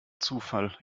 zufall